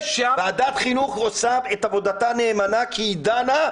ועדת חינוך עושה את עבודתה נאמנה כי היא דנה,